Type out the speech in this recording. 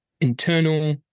internal